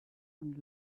und